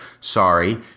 Sorry